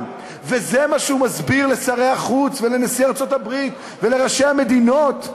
וזה מה שהוא מסביר לשרי החוץ ולנשיא ארצות-הברית ולראשי המדינות,